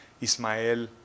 Ismael